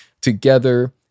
together